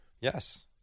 Yes